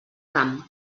camp